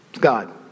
God